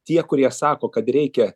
tie kurie sako kad reikia